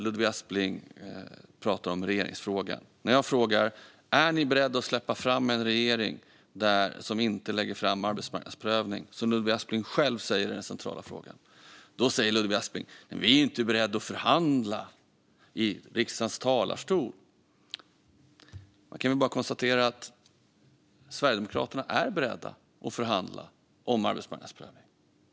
Ludvig Aspling pratar om regeringsfrågan, och jag frågar: Är ni beredda att släppa fram en regering som inte lägger fram förslag på arbetsmarknadsmarknadsprövning, som Ludvig Aspling själv säger är den centrala frågan? Då säger Ludvig Aspling: Vi är inte beredda att förhandla i riksdagens talarstol. Jag kan bara konstatera att Sverigedemokraterna är beredda att förhandla om arbetsmarknadsprövning.